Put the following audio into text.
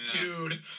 dude